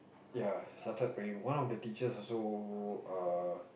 ya started praying one of the teachers also err